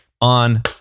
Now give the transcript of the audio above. on